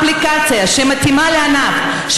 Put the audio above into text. אפליקציה שמתאימה לענף,